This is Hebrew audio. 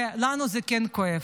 אבל לנו זה כן כואב.